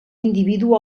individu